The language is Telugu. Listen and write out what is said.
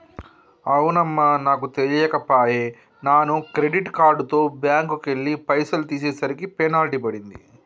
అవునమ్మా నాకు తెలియక పోయే నాను క్రెడిట్ కార్డుతో బ్యాంకుకెళ్లి పైసలు తీసేసరికి పెనాల్టీ పడింది